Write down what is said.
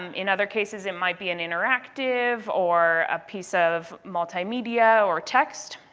um in other cases it might be an interactive or a piece of multimedia or text.